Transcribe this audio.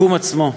המיקום עצמו.